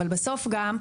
אבל בסוף גם,